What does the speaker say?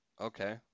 Okay